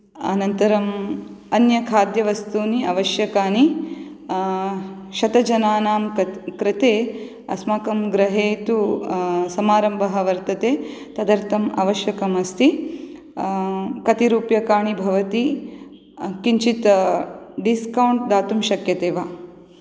अनन्तरम् अन्यखाद्यवस्तूनि अवश्यकानि शतजनानां कत् कृते अस्माकं गृहे तु समारम्भः वर्तते तदर्थम् आवश्यकम् अस्ति कति रूप्यकाणि भवति किञ्चित् डिस्कौण्ट् दातुं शक्यते वा